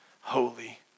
holy